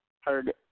heard